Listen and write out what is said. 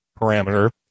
parameter